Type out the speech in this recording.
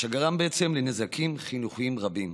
מה שגרם לנזקים חינוכיים רבים